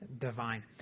divine